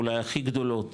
אולי הכי גדולות,